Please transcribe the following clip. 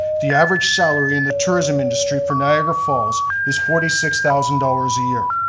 the average salary in the tourism industry for niagara falls is forty six thousand dollars a year.